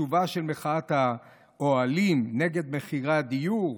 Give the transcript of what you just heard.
שובה של מחאת האוהלים נגד מחירי הדיור.